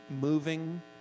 moving